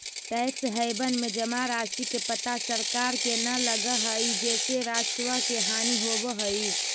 tax haven में जमा राशि के पता सरकार के न लगऽ हई जेसे राजस्व के हानि होवऽ हई